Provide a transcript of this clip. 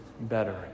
better